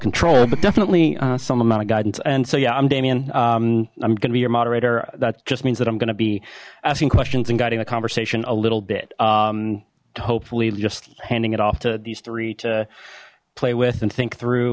control but definitely some amount of guidance and so yeah i'm damien i'm gonna be your moderator that just means that i'm gonna be asking questions and guiding the conversation a little bit hopefully just handing it off to these three to play with and think through